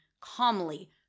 calmly